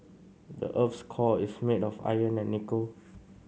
the earth's core is made of iron and nickel